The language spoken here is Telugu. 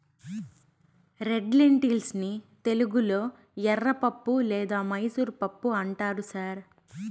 రెడ్ లెన్టిల్స్ ని తెలుగులో ఎర్రపప్పు లేదా మైసూర్ పప్పు అంటారు సార్